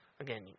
Again